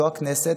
זו הכנסת.